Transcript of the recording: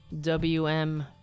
WM